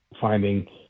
finding